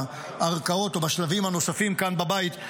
בערכאות או בשלבים הנוספים כאן בבית,